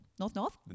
North-North